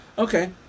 Okay